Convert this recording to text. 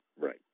Right